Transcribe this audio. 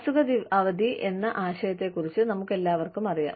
അസുഖ അവധി എന്ന ആശയത്തെക്കുറിച്ച് നമുക്കെല്ലാവർക്കും അറിയാം